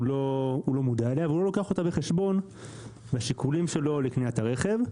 הוא לא מודע אליה ולא לוקח אותה בחשבון בשיקולים לקניית הרכב.